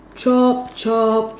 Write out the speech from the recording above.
chop chop